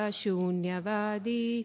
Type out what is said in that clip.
shunyavadi